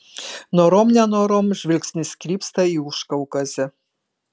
norom nenorom žvilgsnis krypsta į užkaukazę